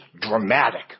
dramatic